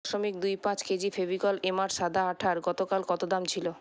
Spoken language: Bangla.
দশমিক দুই পাঁচ কেজি ফেভিকল এমআর সাদা আঠার গতকাল কত দাম ছিলো